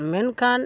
ᱢᱮᱱᱠᱷᱟᱱ